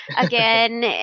again